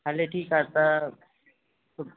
हले ठीक आहे त